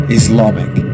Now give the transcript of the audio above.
Islamic